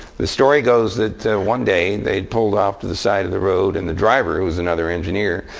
the story goes that one day they'd pulled off to the side of the road, and the driver, who was another engineer,